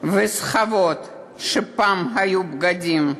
וסחבות שפעם היו בגדים.